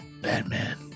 Batman